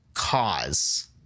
cause